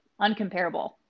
uncomparable